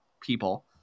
people